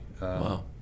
Wow